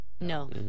No